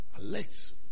Alex